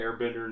airbender